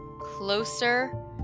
Closer